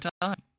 time